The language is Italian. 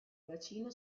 bacino